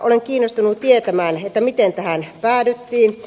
olen kiinnostunut tietämään miten tähän päädyttiin